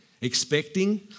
expecting